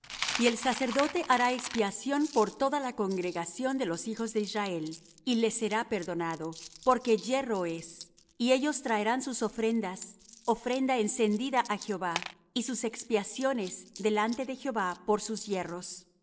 y el sacerdote hará expiación por toda la congregación de los hijos de israel y les será perdonado porque yerro es y ellos traerán sus ofrendas ofrenda encendida á jehová y sus expiaciones delante de jehová por sus yerros